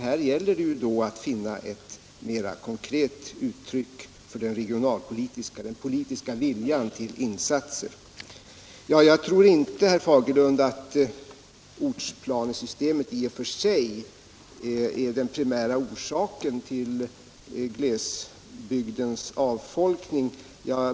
Här gäller det då att finna ett mera konkret uttryck Jag tror inte, herr Fagerlund, att ortsplanesystemet i och för sig är den primära orsaken till glesbygdens avfolkning.